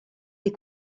des